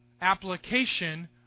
application